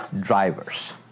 drivers